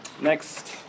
next